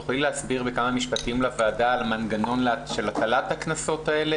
את יכולה להסביר בכמה משפטים לוועדה על המנגנון של הטלת הקנסות האלה?